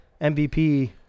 MVP